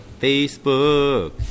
Facebook